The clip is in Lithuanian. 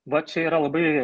va čia yra labai